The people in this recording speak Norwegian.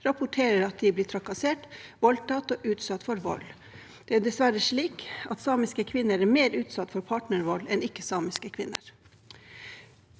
rapporterer at de har blitt trakassert, voldtatt og utsatt for vold. Det er dessverre slik at samiske kvinner er mer utsatt for partnervold enn ikke-samiske kvinner.